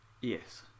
Yes